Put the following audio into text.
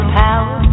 power